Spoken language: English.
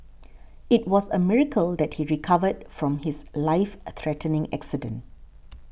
it was a miracle that he recovered from his life threatening accident